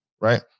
right